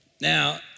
Now